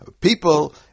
people